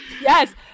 Yes